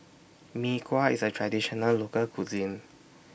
Mee Kuah IS A Traditional Local Cuisine